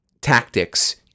tactics